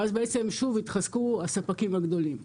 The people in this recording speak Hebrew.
ואז בעצם שוב התחזקו הספקים הגדולים.